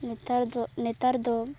ᱱᱮᱛᱟᱨ ᱫᱚ ᱱᱮᱛᱟᱨ ᱫᱚ